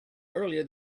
earlier